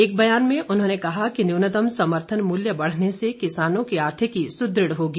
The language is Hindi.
एक बयान में उन्होंने कहा कि न्यूनतम समर्थन मूल्य बढ़ने से किसानों की आर्थिकी सुद्रढ़ होगी